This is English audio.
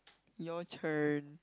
your turn